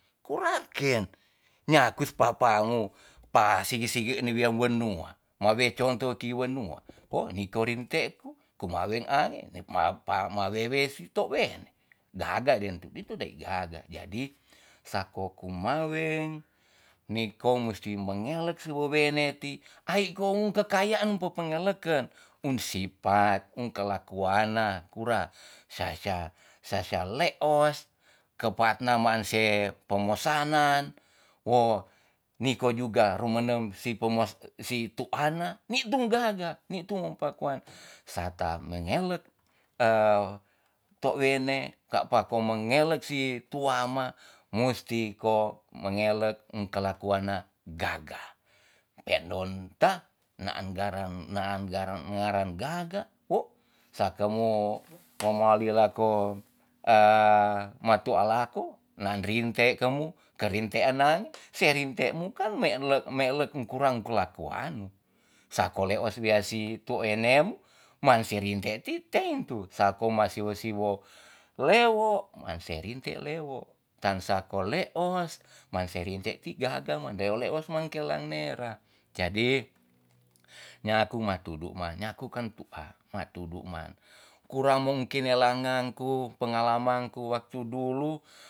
Kura ken nyakus papa mu pa sigi sigi ni wia wenua ma we conto ki wenua wo niko rinte ku kumaweng ae ne paapa ma wewe si tou wene gaga den tu, itu dai gaga. jadi sako kumaweng niko musti mengelek si wowene ti, ai ko u kekayaan po pengeleken. um sipat, um kelakuana kura, sya sya- sya sya leos kepaat namaan se pemesanan, wo niko juga rumenem si pemes si tu'a na ni tu gaga ni tu mo pakua. sa ta mengelek tua wene ka pa ko mengelek si tuama, musti mo mengelek um kelakuana gaga. pe ndon ta naan garam- naan garam muaran gaga wo saka mo ngemawi lako ma tu'a lako naan rinte kemu kerintean namu se rinte mu kan me elek- me elek kurang kelakuan mu sako leos wia si tou wene mu ma si rinte ti teng tu sako ma siwo siwo lewo, ma se rinte lewo, tan sako leos ma se rinte ti gaga man leo leos mangkela nera. jadi nyaku ma tudu ma, nyaku kan tu'a ma tudu man kurang mungkin welangen ku pengalaman ku waktu dulu